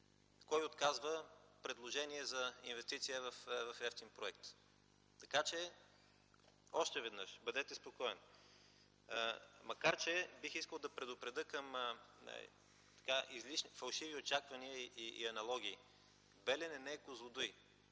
Кой отказва предложения за инвестиция в евтин проект? Така че още веднъж: бъдете спокоен! Макар че бих искал да предупредя – към така излишни фалшиви очаквания и аналогии: „Белене” – не е „Козлодуй”